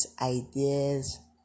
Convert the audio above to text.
ideas